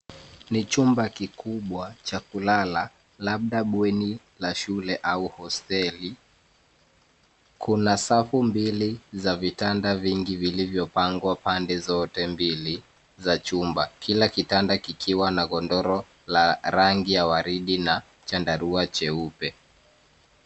Ni chumba kikubwa cha kulala labda bweni la shule au hosteli. Kuna safu mbili za vitanda vingi vilivyo pangwa pande zote mbili za chumba kila kitanda kikiwa na godoro la rangi ya waridi na Chandarua cheupe.